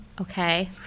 Okay